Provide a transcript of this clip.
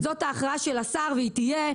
זאת ההכרעה של השר והיא תהיה,